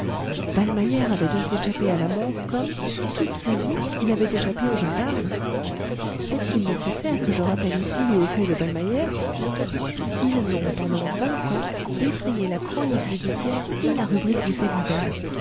ballmeyer avait donc échappé à la mort comme toute sa vie il avait échappé aux gendarmes est-il nécessaire que je rappelle ici les hauts faits de ballmeyer ils ont pendant vingt ans défrayé la chronique judiciaire et la rubrique des faits divers